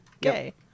Gay